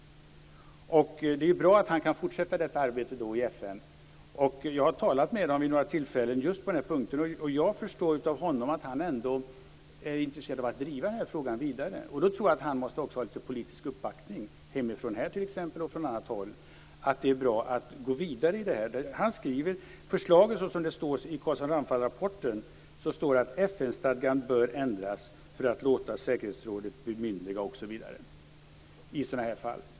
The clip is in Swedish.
Det är bra att han kan fortsätta detta arbete i FN. Jag har talat med honom vid några tillfällen just i fråga om denna punkt. Såvitt jag förstår av honom är han ändå intresserad av att driva denna fråga vidare. Då tror jag att han också måste ha lite politisk uppbackning t.ex. härifrån och från annat håll när det gäller att det är bra att gå vidare i detta arbete. I Carlsson-Ramphal-rapporten står det att FN stadgan bör ändras för att man skall låta säkerhetsrådet bemyndiga osv. i sådana här fall.